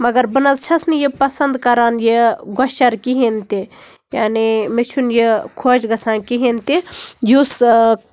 مَگر بہٕ نہ حظ چھَس نہٕ یہِ پَسنٛد کران یہِ گۄشیٚر کِہیٖنۍ تہِ یعنی مےٚ چھُنہٕ یہِ خۄش گژھان کِہینۍ تہِ یُس